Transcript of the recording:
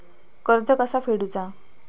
कर्ज कसा फेडुचा?